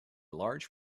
large